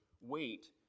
Wait